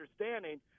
understanding